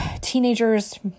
teenagers